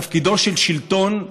תפקידו של שלטון,